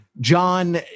John